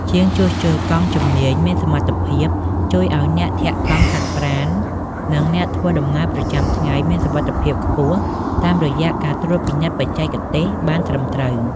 ជាងជួសជុលកង់ជំនាញមានសមត្ថភាពជួយឱ្យអ្នកធាក់កង់ហាត់ប្រាណ និងអ្នកធ្វើដំណើរប្រចាំថ្ងៃ មានសុវត្ថិភាពខ្ពស់តាមរយៈការត្រួតពិនិត្យបច្ចេកទេសបានត្រឹមត្រូវ។